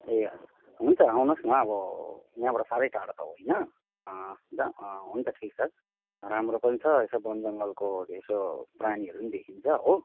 ए हजुर हुन्छ आउनुहोस् न अब यहाँबाट साह्रै टाढो त होइन ज अँ हुन्छ ठिक छ राम्रो पनि छ यसो बनजङ्गलको यसो प्राणीहरू नि देखिन्छ हो